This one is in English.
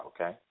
okay